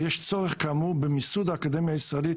יש צורך כאמור במיסוד האקדמיה הישראלית